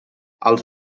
els